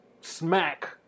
smack